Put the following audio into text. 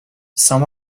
some